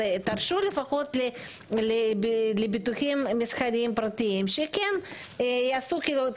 אז תרשו לפחות לביטוחים מסחריים פרטיים שכן יעשו כאילו,